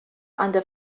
under